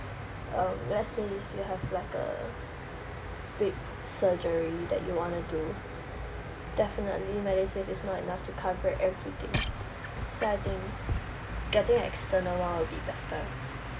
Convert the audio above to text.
um let's say if you have like a big surgery that you want to do definitely medisave is not enough to cover everything so I think getting external one would be better